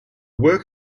work